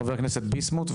חבר הכנסת ביסמוט.